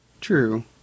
True